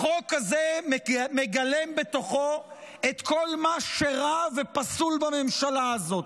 החוק הזה מגלם בתוכו את כל מה שרע ופסול בממשלה הזאת.